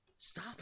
Stop